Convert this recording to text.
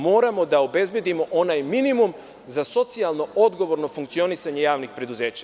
Moramo da obezbedimo onaj minimum za socijalnu odgovorno funkcionisanje javnih preduzeća.